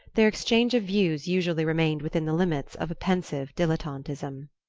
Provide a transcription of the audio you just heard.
their exchange of views usually remained within the limits of a pensive dilettantism.